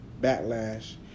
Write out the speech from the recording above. backlash